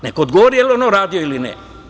Neka odgovori da li je ono radio ili ne?